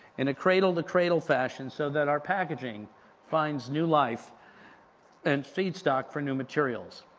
in a cradle to cradle fashion, so that our packaging finds new life and feedstock for new materials.